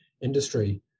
industry